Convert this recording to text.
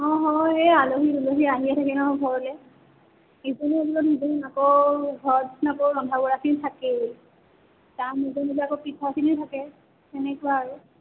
অঁ হয় এই আলহী দুলহী আহিয়ে থাকে ন ঘৰলৈ যিকোনো আকৌ ঘৰত আকৌ ৰন্ধা বঢ়াখিনি থাকেই তাৰ মাজে মাজে আকৌ পিঠাখিনিও থাকে তেনেকুৱা আৰু